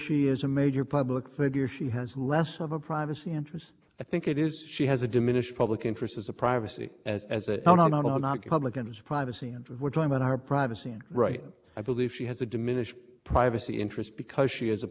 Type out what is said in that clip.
is a major public figure she has less of a privacy interests i think it is she has a diminished public interest as a privacy as a no no no no not publicans privacy and we're talking about our privacy and right i believe she has a diminished privacy interest because she is a public